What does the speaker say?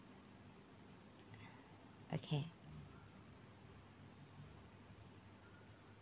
okay